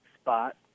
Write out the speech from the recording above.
spot